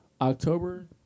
October